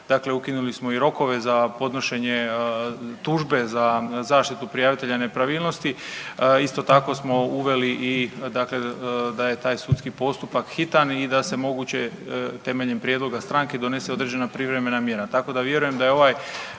dakle ukinuli smo i rokove za podnošenje tužbe za zaštitu prijavitelja nepravilnosti. Isto tako smo uveli i dakle da je taj sudski postupak hitan i da se moguće temeljem prijedloga stranke donese određena privremena mjera.